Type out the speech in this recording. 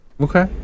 Okay